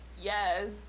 yes